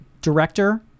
director